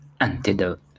antidote